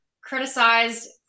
criticized